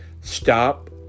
stop